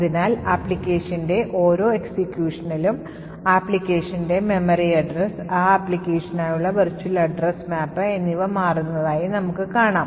അതിനാൽ ആപ്ലിക്കേഷന്റെ ഓരോ executionലും ആപ്ലിക്കേഷന്റെ മെമ്മറി address ആ ആപ്ലിക്കേഷനായുള്ള വെർച്വൽ address മാപ്പ് എന്നിവ മാറുന്നതായി നമുക്ക് കാണാം